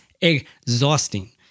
exhausting